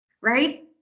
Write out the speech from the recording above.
right